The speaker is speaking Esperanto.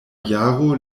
jaro